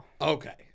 Okay